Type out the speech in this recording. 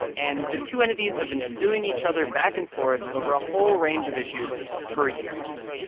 and the two entities have been suing each other back-and-forth over a whole range of issues for years.